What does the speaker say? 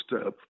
step